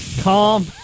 Calm